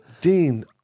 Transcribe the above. Dean